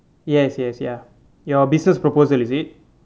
yes yes ya your business proposal is it